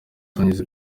twageze